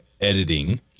editing